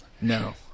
No